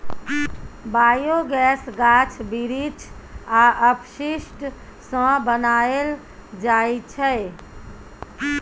biogas गाछ बिरीछ आ अपशिष्ट सँ बनाएल जाइ छै